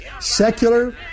Secular